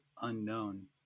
unknown